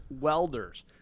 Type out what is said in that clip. welders